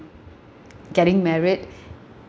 getting married